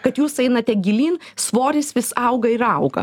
kad jūs einate gilyn svoris vis auga ir auga